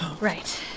Right